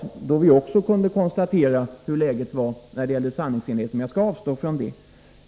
Då skulle man också kunna konstatera hur läget är när det gäller sanningsenligheten. Jag skall emellertid avstå från detta.